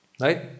right